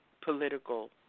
political